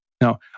Now